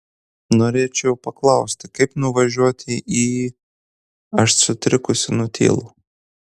norėčiau paklausti kaip nuvažiuoti į aš sutrikusi nutylu